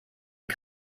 den